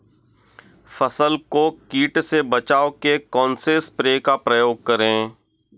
फसल को कीट से बचाव के कौनसे स्प्रे का प्रयोग करें?